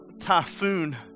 typhoon